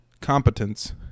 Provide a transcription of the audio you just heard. competence